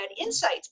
insights